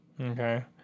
Okay